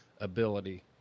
ability